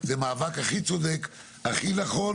זאת אומרת, לא אתכם, לא